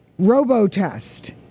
RoboTest